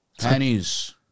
Pennies